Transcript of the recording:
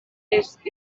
est